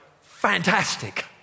fantastic